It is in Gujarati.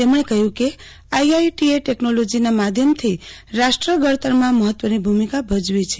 તેમણે કહ્યું કે આઈઆઈટીએ ટેકનોલોજીના માધ્યમથી રાષ્ટ્ર ધડતરમાં મહત્વની ભૂમિકા ભજવી છે